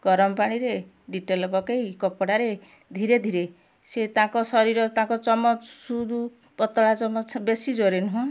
ଗରମ ପାଣିରେ ଡେଟଲ୍ ପକାଇ କପଡ଼ାରେ ଧୀରେ ଧୀରେ ସିଏ ତାଙ୍କ ଶରୀର ତାଙ୍କ ଚମ ସୁଦୁ ପତଳା ଚମ ବେଶୀ ଜୋରରେ ନୁହଁ